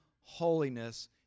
holiness